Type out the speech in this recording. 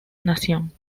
nación